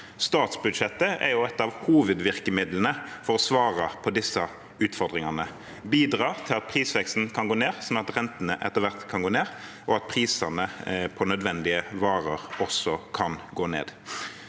Statsbudsjettet er et av hovedvirkemidlene for å svare på disse utfordringene, for å bidra til at prisveksten kan gå ned, slik at rentene etter hvert kan gå ned, og at prisene på nødvendige varer også kan gå ned.